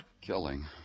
Killing